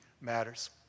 matters